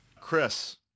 Chris